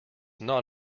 not